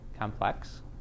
complex